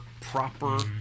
proper